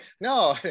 No